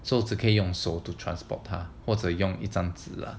so 只可以用手 to transport 它或者用一张纸 lah